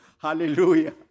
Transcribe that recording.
Hallelujah